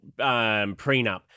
prenup